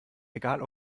egal